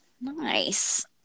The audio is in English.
Nice